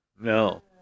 No